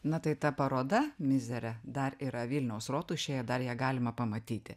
na tai ta paroda mizere dar yra vilniaus rotušėje dar ją galima pamatyti